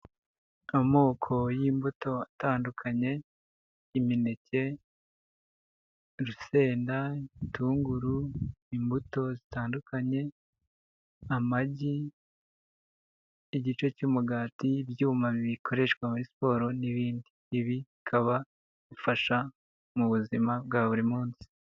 Amoko y'imbuto atandukanye: imineke, urusenda, igitunguru, imbuto zitandukanye, amagi, igice cy'umugati, ibyuma bikoreshwa muri siporo n'ibindi. Ibi bikaba bifasha mu buzima bwa buri munsi.